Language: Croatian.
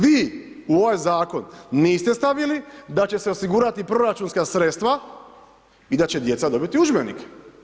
Vi u ovaj zakon niste stavili da će se osigurati proračunska sredstva i da će djeca dobiti udžbenike.